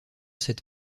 cette